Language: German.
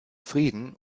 frieden